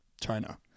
China